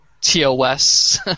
TOS